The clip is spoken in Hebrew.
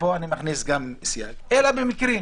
ופה אני מכניס גם סייג אלא במקרים